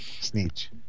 Snitch